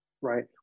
right